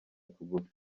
tugufi